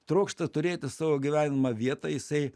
trokšta turėti savo gyvenamą vietą jisai